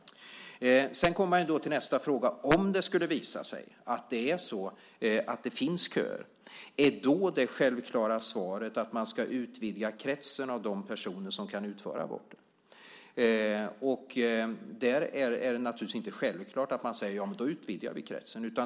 Så kommer vi till nästa fråga. Om det visar sig att det finns köer, är då det självklara svaret att man ska utvidga kretsen av de personer som kan utföra aborter? Det är naturligtvis inte självklart att man säger att man ska utvidga kretsen.